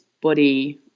body